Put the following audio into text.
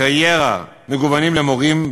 קריירה מגוונים למורים.